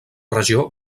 regió